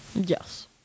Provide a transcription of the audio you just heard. Yes